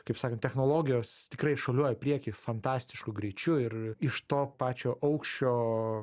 kaip sakant technologijos tikrai šuoliuoja į priekį fantastišku greičiu ir iš to pačio aukščio